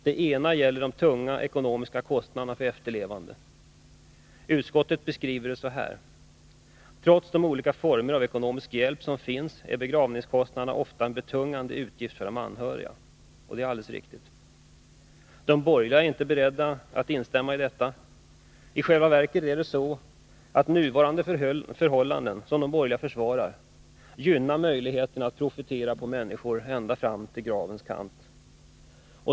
Den ena gäller de tunga ekonomiska kostnaderna för efterlevande. Utskottet beskriver detta så här: ”Trots de olika former av ekonomisk hjälp som finns är begravningskostnaderna ofta en betungande utgift för de anhöriga.” Det är alldeles riktigt. De borgerliga är inte beredda att instämma i detta. I själva verket är det så, att nuvarande förhållanden, som de borgerliga försvarar, gynnar möjligheten att profitera på människorna ända fram till gravens kant.